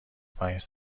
پنج